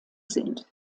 sind